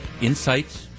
Insights